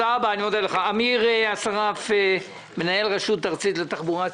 אמיר אסרף, מנהל רשות ארצית לתחבורה ציבורית,